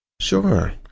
Sure